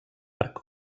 arc